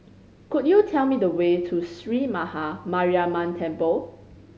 could you tell me the way to Sree Maha Mariamman Temple